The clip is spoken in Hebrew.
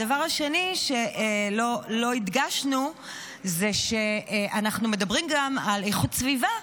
הדבר השני שלא הדגשנו הוא שאנחנו מדברים גם על איכות סביבה,